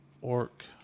Orc